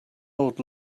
old